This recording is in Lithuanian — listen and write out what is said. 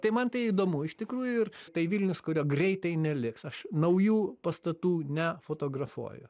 tai man tai įdomu iš tikrųjų ir tai vilnius kurio greitai neliks aš naujų pastatų nefotografuoju